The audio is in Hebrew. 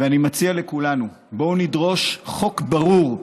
ואני מציע לכולנו: בואו נדרוש חוק ברור,